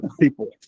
people